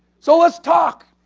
so, let's talk.